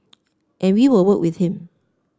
and we will work with him